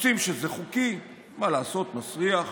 מוצאים שזה חוקי, מה לעשות, מסריח,